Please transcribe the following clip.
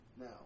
now